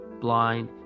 blind